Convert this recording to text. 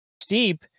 steep